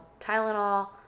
Tylenol